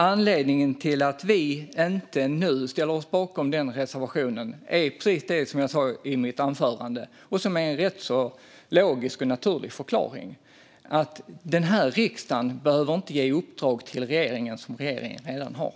Anledningen till att vi nu inte ställer oss bakom den reservationen är precis som jag sa i mitt anförande, och som är en logisk och naturlig förklaring, nämligen att riksdagen inte behöver ge uppdrag till regeringen som regeringen redan har.